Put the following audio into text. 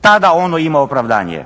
Tada ono ima opravdanje.